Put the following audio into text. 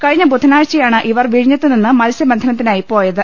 കഴിഞ്ഞ ബുധനാഴ്ചയാണ് ഇവർ വിഴി ഞ്ഞത്തുനിന്ന് മത്സ്യബന്ധനത്തിനായി പോയത്